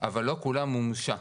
אבל לא כולה מומשה,